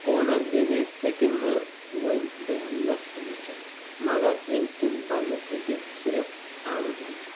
کونٛد دینہِ ہٮ۪کہِ نہٕ وۄنۍ برہمنَس وٕچھِتھ مگر أمۍ سٕنٛدۍ بدلہٕ ہٮ۪کہِ صرف اننت وٕچھِتھ